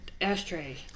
ashtray